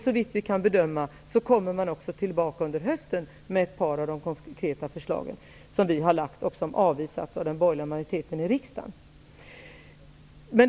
Såvitt vi kan bedöma kommer man tillbaka också under hösten med ett par av de konkreta förslag som vi har presenterat och som har avvisats av den borgerliga majoriteten i riksdagen.